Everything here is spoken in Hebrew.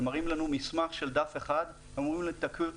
הם מראים לנו מסמך של דף אחד ואומרים לנו 'תכירו'.